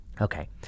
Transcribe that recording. Okay